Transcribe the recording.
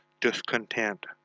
discontent